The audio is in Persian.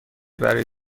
برای